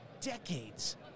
decades